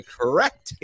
correct